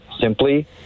simply